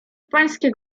pańskie